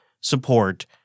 support